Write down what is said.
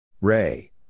Ray